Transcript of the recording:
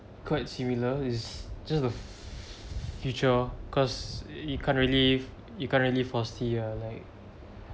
quite similar it's just a f~ future cause you can't really you can't really foresee ah like